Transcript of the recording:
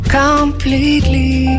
completely